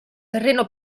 terreno